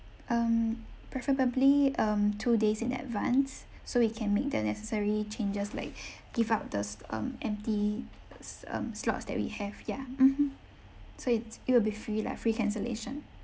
um preferably um two days in advance so we can make the necessary changes like give up the s~ um empty uh s~ um slots that we have ya mmhmm so it's it will be free lah free cancellation